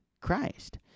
Christ